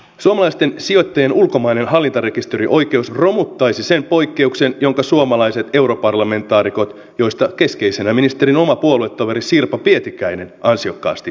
suomalaisten sijoittajien ulkomainen hallintarekisterioikeus romuttaisi sen poikkeuksen jonka suomalaiset europarlamentaarikot joista keskeisenä ministerin oma puoluetoveri sirpa pietikäinen ansiokkaasti taistelivat